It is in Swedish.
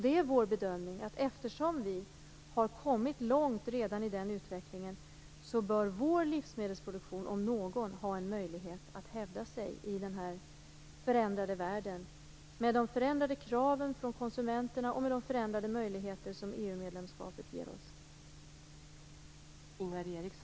Det är vår bedömning att eftersom vi redan har kommit långt i den utvecklingen bör vår livsmedelsproduktion, om någon, ha en möjlighet att hävda sig i den här förändrade världen, med de förändrade kraven från konsumenterna och med de förändrade möjligheter som EU-medlemskapet ger oss.